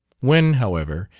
when, however,